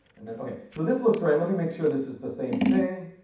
and then, okay, so this looks right. let me make sure this is the same thing.